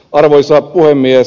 arvoisa puhemies